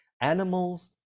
animals